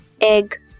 egg